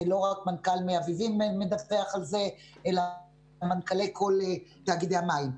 לא רק מנכ"ל מי אביבים מדווח על זה אלא מנכ"לי כל תאגידי המים.